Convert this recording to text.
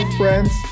friends